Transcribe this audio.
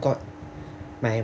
got my